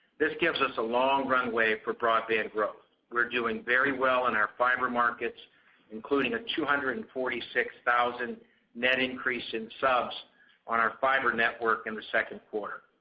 this gives us a long runway for broadband growth. we're doing very well in our fiber markets including a two hundred and forty six thousand net increase in subs on our fiber network in the second quarter.